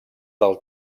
del